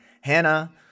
Hannah